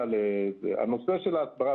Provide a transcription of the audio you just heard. הנושא של ההסברה,